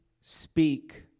speak